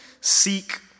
seek